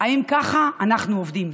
האם ככה אנחנו עובדים?